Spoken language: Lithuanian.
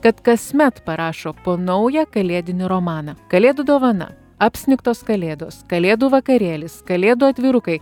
kad kasmet parašo po naują kalėdinį romaną kalėdų dovana apsnigtos kalėdos kalėdų vakarėlis kalėdų atvirukai